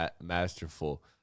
masterful